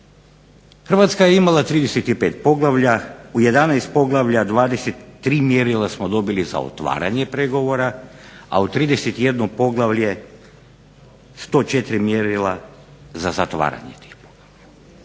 Hrvatska je imala 35 poglavlja, u 11 poglavlja 23 mjerila smo dobili za otvaranje pregovora, a u 31 poglavlje 104 mjerila za zatvaranje tih poglavlja.